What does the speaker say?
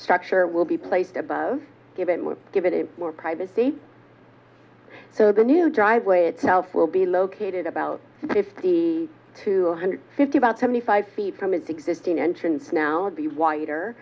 structure will be placed above give it more give it more privacy so the new driveway itself will be located about fifty two hundred fifty about seventy five feet from its existing entrance now be wider